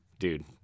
Dude